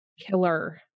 killer